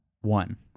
one